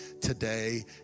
today